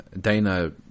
Dana